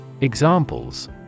Examples